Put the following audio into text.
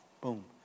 Boom